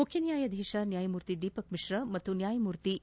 ಮುಖ್ಯನ್ಯಾಯಾಧೀಶ ನ್ಯಾಯಮೂರ್ತಿ ದೀಪಕ್ ಮಿಶ್ರಾ ಮತ್ತು ನ್ಯಾಯಮೂರ್ತಿ ಎ